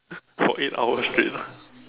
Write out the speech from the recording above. for eight hour straight lah